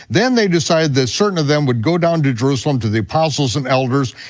then they decide that certain of them would go down to jerusalem, to the apostles and elders,